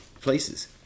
places